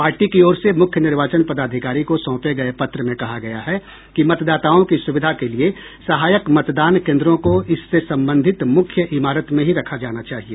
party कीओर से मुख्य निर्वाचन पदाधिकारी को सौंपे गये पत्र में कहा गया है कि मतदाताओं की सुविधा के लिए सहायक मतदान केन्द्रों को इससे संबंधित मुख्य इमारत में ही रखा जाना चाहिए